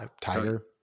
Tiger